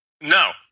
No